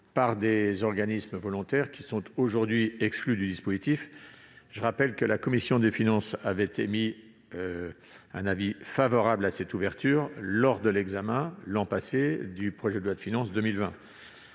par des organismes volontaires qui sont aujourd'hui exclus du dispositif. Je rappelle que la commission des finances avait émis l'an passé un avis favorable à une telle ouverture, lors de l'examen du projet de loi de finances pour